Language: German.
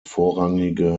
vorrangige